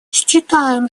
считаем